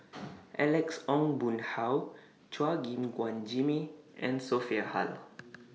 Alex Ong Boon Hau Chua Gim Guan Jimmy and Sophia Hull